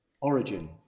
origin